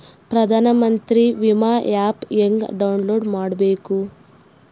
ಪ್ರಧಾನಮಂತ್ರಿ ವಿಮಾ ಆ್ಯಪ್ ಹೆಂಗ ಡೌನ್ಲೋಡ್ ಮಾಡಬೇಕು?